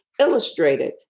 illustrated